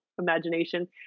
imagination